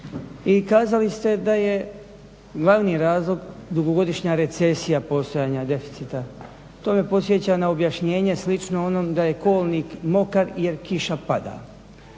I kazali ste da je glavni razlog dugogodišnja recesija postojanja deficita. To me podsjeća na objašnjenje slično onom da je kolnik mokar jer kiša pada.